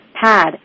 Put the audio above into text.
PAD